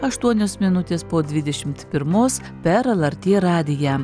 aštuonios minutės po dvidešimt pirmos per lrt radiją